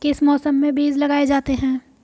किस मौसम में बीज लगाए जाते हैं?